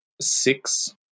Six